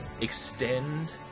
extend